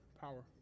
power